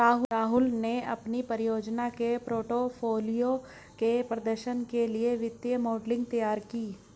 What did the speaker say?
राहुल ने अपनी परियोजना के पोर्टफोलियो के प्रदर्शन के लिए वित्तीय मॉडलिंग तैयार की